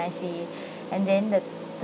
I say and then the